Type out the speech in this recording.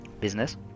business